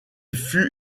fut